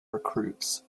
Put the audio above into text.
recruits